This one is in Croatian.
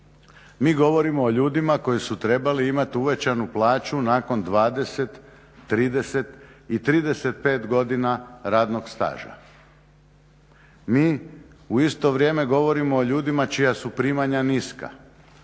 Mi govorimo o ljudima koji su trebali imati uvećanu plaću nakon 20, 30 i 35 godina radnog staža. Mi u isto vrijeme govorimo o ljudima čija su primanja niska.